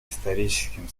историческим